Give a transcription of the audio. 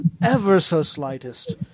ever-so-slightest